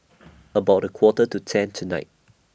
about A Quarter to ten tonight